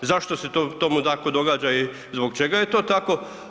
Zašto se tomu tako događa i zbog čega je to tako?